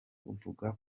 vuga